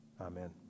amen